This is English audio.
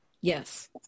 Yes